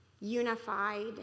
unified